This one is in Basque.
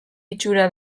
itxura